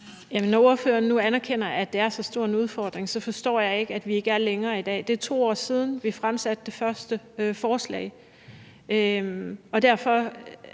Når ordføreren nu anerkender, at det er så stor en udfordring, så forstår jeg ikke, at vi ikke er længere i dag. Det er 2 år siden, vi fremsatte det første forslag.